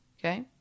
Okay